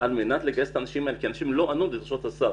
כי אנשים לא ענו לדרישות הסף.